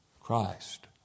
Christ